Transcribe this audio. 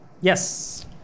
Yes